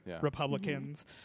Republicans